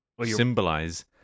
symbolize